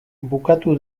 bukatu